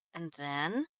and then?